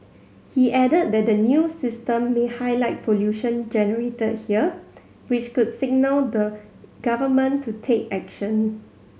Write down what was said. he added that the new system may highlight pollution generated here which could signal the Government to take action